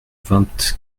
vingt